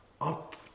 up